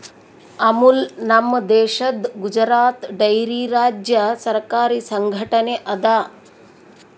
ಅಮುಲ್ ನಮ್ ದೇಶದ್ ಗುಜರಾತ್ ಡೈರಿ ರಾಜ್ಯ ಸರಕಾರಿ ಸಂಘಟನೆ ಅದಾ